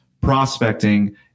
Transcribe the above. prospecting